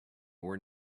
were